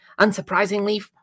Unsurprisingly